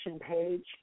page